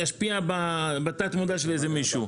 ישפיע בתת מודע של איזה מישהו.